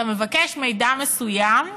אתה מבקש מידע מסוים,